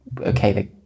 okay